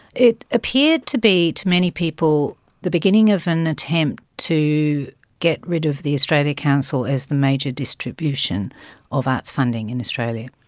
it appeared to be, to many people, the beginning of an attempt to get rid of the australia council as the major distribution of arts funding in australia.